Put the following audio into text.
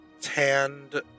tanned